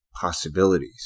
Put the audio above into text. possibilities